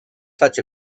such